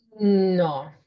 no